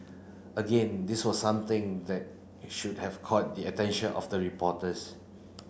again this was something that should have caught the attention of the reporters